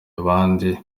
abandi